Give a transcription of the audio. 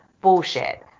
bullshit